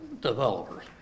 developers